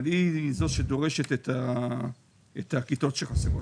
אבל היא זו שדורשת את הכיתות שחסרות.